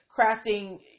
crafting